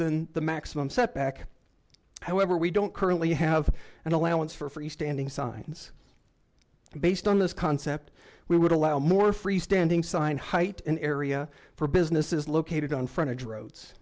than the maximum setback however we don't currently have an allowance for free standing signs based on this concept we would allow more freestanding sign height in area for business is located on front of d